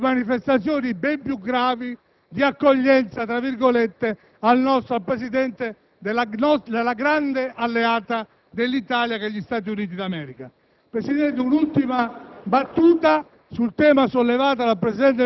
che queste manifestazioni fossero preparatorie di manifestazioni ben più gravi di «accoglienza» al Presidente di un grande alleato dell'Italia, gli Stati Uniti d'America.